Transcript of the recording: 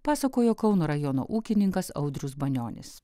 pasakojo kauno rajono ūkininkas audrius banionis